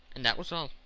and that was all.